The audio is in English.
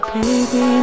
Baby